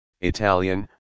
Italian